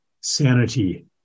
sanity